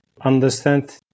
understand